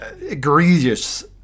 egregious